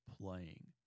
playing